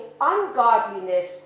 ungodliness